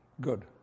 good